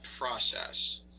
process